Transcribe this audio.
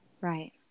Right